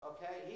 Okay